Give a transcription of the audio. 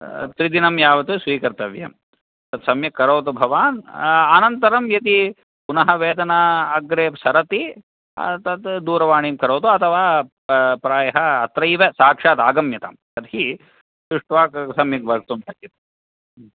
त्रिदिनं यावत् स्वीकर्तव्यम् तत् सम्यक् करोतु भवान् अनन्तरं यदि पुनः वेदना अग्रे सरति तत् दूरवाणीं करोतु अथवा प्रायः अत्रैव साक्षात् आगम्यतां तर्हि दृष्ट्वा सम्यक् वक्तुं शक्यते